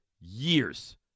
years